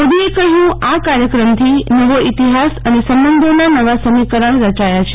મોદીએ કહ્યુ આ કાર્યક્રમથી નવો ઈતિહાસ અને સંબંધોના નવા સમીકરણ રચાયા છે